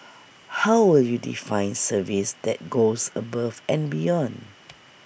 how will you define service that goes above and beyond